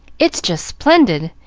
it's just splendid!